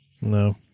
No